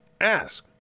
ask